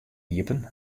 iepen